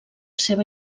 seva